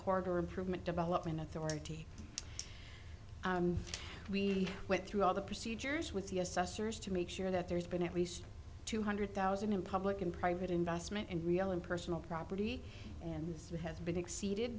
corridor improvement development authority we went through all the procedures with the assessors to make sure that there's been at least two hundred thousand in public and private investment in real and personal property and it has been exceeded